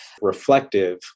reflective